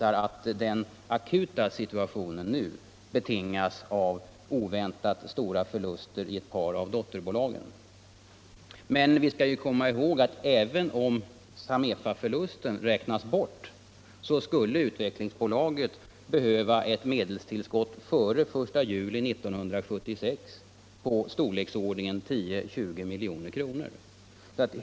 att den akuta situationen nu betingas av oväntat stora förluster i ett par av dotterbolagen. Men vi bör komma ihåg att även om Samefa-förlusten räknades bort skulle Utvecklingsbolaget före den 1 juli 1976 ändå behöva ett medelstillskott i storleksordningen 10-20 milj.kr.